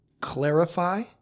clarify